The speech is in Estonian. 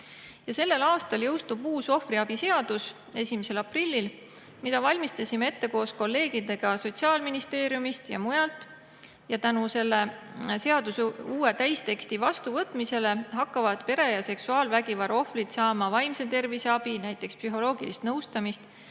aprillil jõustub uus ohvriabiseadus, mida valmistasime ette koos kolleegidega Sotsiaalministeeriumist ja mujalt. Tänu selle seaduse uue täisteksti vastuvõtmisele hakkavad pere- ja seksuaalvägivalla ohvrid saama vaimse tervise abi, näiteks psühholoogilist nõustamist